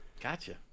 Gotcha